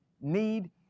need